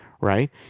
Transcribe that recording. right